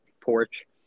porch